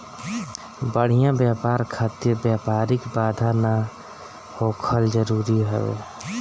बढ़िया व्यापार खातिर व्यापारिक बाधा ना होखल जरुरी हवे